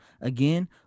Again